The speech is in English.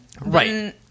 Right